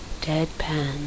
Deadpan